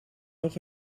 nog